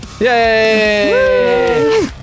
Yay